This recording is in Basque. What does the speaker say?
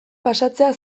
pasatzea